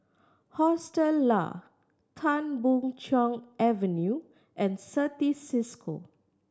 Hostel Lah Tan Boon Chong Avenue and Certis Cisco